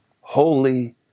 Holy